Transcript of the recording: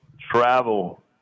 Travel